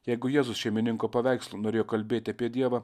jeigu jėzus šeimininko paveikslu norėjo kalbėti apie dievą